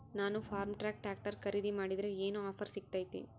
ನಾನು Farmtrac tractor ಖರೇದಿ ಮಾಡಿದ್ರೆ ಏನು ಆಫರ್ ಸಿಗ್ತೈತಿ?